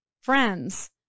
friends